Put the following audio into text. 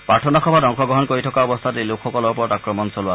প্ৰাৰ্থনাসভাত অংশগ্ৰহণ কৰি থকা অৱস্থা এই লোকসকলৰ ওপৰত আক্ৰমণ চলায়